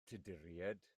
tuduriaid